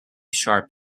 sharp